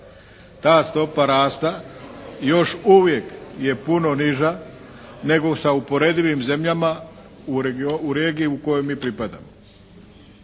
Ta stopa rasta još uvijek je puno niža nego sa uporedivim zemljama u regiji u kojoj mi pripadamo.